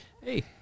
hey